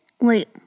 Wait